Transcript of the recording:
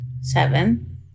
Seven